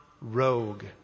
rogue